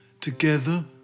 together